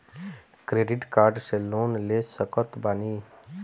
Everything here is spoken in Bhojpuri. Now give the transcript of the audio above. क्रेडिट कार्ड से लोन ले सकत बानी?